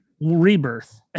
Rebirth